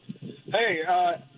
Hey